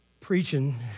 preaching